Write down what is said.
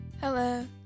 Hello